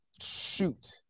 Shoot